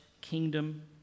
kingdom